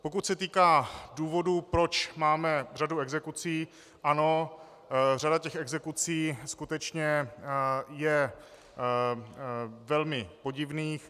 Pokud se týká důvodů, proč máme řadu exekucí, ano, řada exekucí skutečně je velmi podivných.